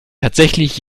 tatsächlich